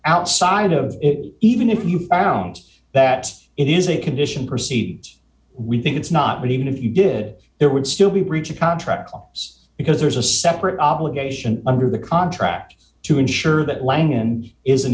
outside of it even if you found that it is a condition proceeds we think it's not but even if you did there would still be breach of contract clause because there's a separate obligation under the contract to insure that lange and is an